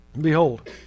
Behold